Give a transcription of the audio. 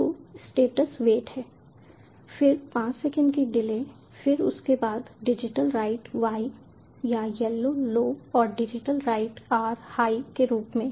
तो status wait है फिर 5 सेकंड की डिले फिर उसके बाद digitalWrite y या येलो लो और digitalWrite r हाई के रूप में